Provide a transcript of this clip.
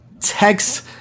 text